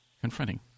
confronting